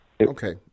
okay